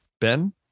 Ben